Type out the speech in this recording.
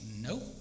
nope